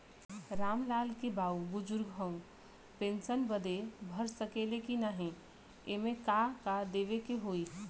राम लाल के बाऊ बुजुर्ग ह ऊ पेंशन बदे भर सके ले की नाही एमे का का देवे के होई?